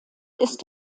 ist